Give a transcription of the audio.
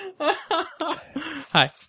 hi